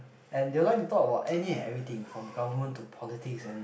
and they will like to talk about any and everything from Government to politics and